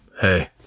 hey